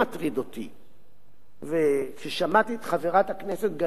וכששמעתי את חברת הכנסת גלאון אני פשוט